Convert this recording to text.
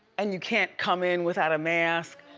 and you can't come in without a mask.